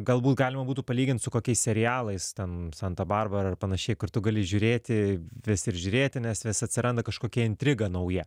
galbūt galima būtų palygint su kokiais serialais ten santa barbara ar panašiai kur tu gali žiūrėti vis ir žiūrėti nes vis atsiranda kažkokia intriga nauja